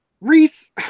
Reese